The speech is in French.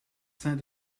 saint